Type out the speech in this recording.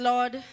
Lord